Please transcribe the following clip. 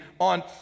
on